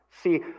See